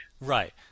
Right